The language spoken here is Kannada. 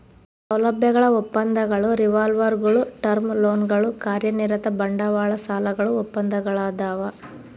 ಸೌಲಭ್ಯಗಳ ಒಪ್ಪಂದಗಳು ರಿವಾಲ್ವರ್ಗುಳು ಟರ್ಮ್ ಲೋನ್ಗಳು ಕಾರ್ಯನಿರತ ಬಂಡವಾಳ ಸಾಲಗಳು ಒಪ್ಪಂದಗಳದಾವ